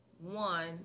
one